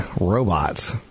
robots